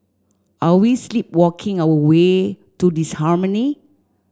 are we sleepwalking our way to disharmony